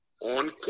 on